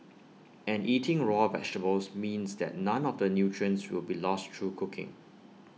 and eating raw vegetables means that none of the nutrients will be lost through cooking